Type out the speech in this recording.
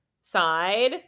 side